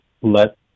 let